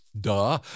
duh